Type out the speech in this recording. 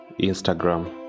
Instagram